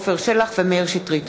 עפר שלח ומאיר שטרית.